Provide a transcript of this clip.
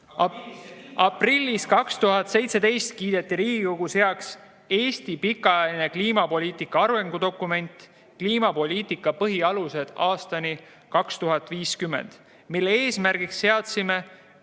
Aprillis 2017 kiideti Riigikogus heaks Eesti pikaajalise kliimapoliitika arengudokument "Kliimapoliitika põhialused aastani 2050", mille eesmärgiks seadsime